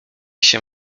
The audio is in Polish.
się